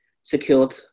secured